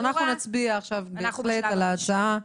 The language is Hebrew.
אז אנחנו נצביע עכשיו בהחלט על ההצעה,